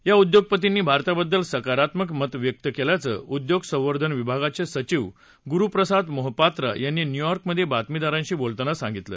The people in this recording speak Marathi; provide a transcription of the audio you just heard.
या उद्योगपतींनी भारताबद्दल सकारात्मक मत व्यक्त केल्याचं उद्योग संवर्धन विभागाचे सचिव गुरु प्रसाद मोहपात्रा यांनी न्यूयॉकमधे बातमीदारांशी बोलताना सांगितलं